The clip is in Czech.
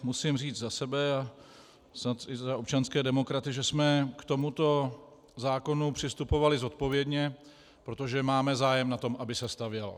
Musím říct za sebe a snad i za občanské demokraty, že jsme k tomuto zákonu přistupovali zodpovědně, protože máme zájem, na tom, aby se stavělo.